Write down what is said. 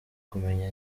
kumenya